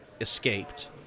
escaped